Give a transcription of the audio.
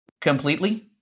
completely